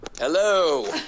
Hello